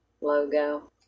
logo